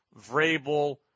Vrabel